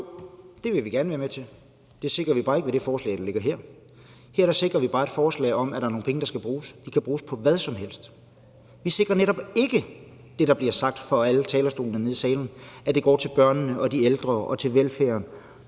det vil vi gerne være med til, men det sikrer vi bare ikke med det forslag, der ligger her. Med det her forslag sikrer vi bare, at der er nogle penge, der skal bruges, og de kan bruges på hvad som helst. Vi sikrer netop ikke det, der bliver sagt af alle fra talerstolen her i salen, nemlig at det går til børnene, til de ældre, til velfærden